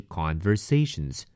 conversations